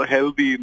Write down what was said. Healthy